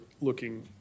looking